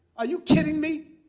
are you kidding me?